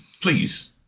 Please